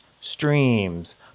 streams